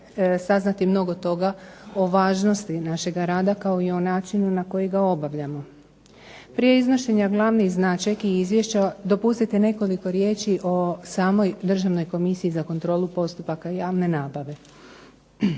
saznati mnogo toga o važnosti našega rada kao i o načinu na koji ga obavljamo. Prije iznošenja glavnih značajki izvješća dopustite nekoliko riječi o samoj Državnoj komisiji za kontrolu postupaka javne nabave.